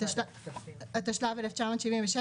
התשל"ו-1976,